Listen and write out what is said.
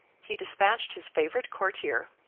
he despatched his favourite courtier,